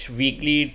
weekly